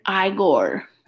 Igor